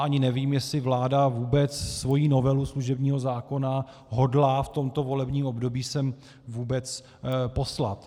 Ani nevím, jestli vláda svoji novelu služebního zákona hodlá v tomto volebním období sem vůbec poslat.